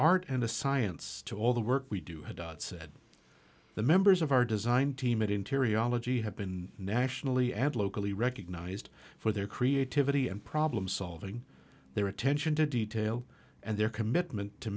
art and a science to all the work we do at dot said the members of our design team at interior ology have been nationally and locally recognized for their creativity and problem solving their attention to detail and their commitment to